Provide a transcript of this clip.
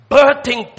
birthing